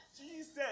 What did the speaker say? Jesus